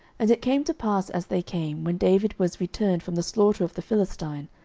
and it came to pass as they came, when david was returned from the slaughter of the philistine,